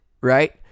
right